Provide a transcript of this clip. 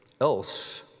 else